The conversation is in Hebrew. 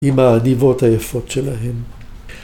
‫עם העניבות היפות שלהם.